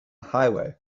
highway